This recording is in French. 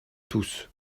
tous